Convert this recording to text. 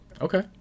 Okay